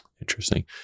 Interesting